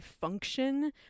function